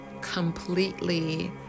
completely